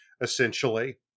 essentially